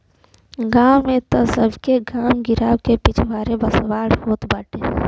गांव में तअ सबके गांव गिरांव के पिछवारे बसवारी होत बाटे